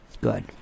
Good